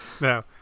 no